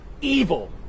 evil